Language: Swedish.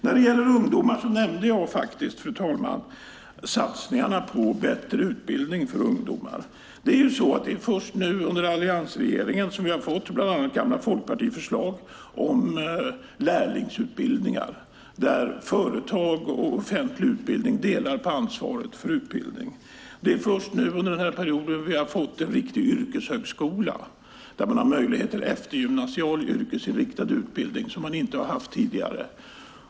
När det gäller ungdomar nämnde jag satsningarna på bättre utbildning för ungdomar. Det är först nu, under alliansregeringen, som vi har fått bland annat det gamla förslaget från Folkpartiet om lärlingsutbildningar där företag och offentlig utbildning delar på ansvaret för utbildningen. Det är först under denna period vi har fått en riktig yrkeshögskola där man har en möjlighet till eftergymnasial, yrkesinriktad utbildning som man inte haft tidigare.